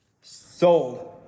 Sold